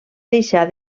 deixar